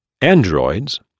Androids